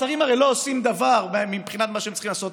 השרים הרי לא עושים דבר מבחינת מה שהם צריכים לעשות,